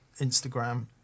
Instagram